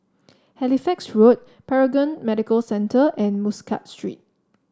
Halifax Road Paragon Medical Centre and Muscat Street